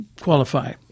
qualify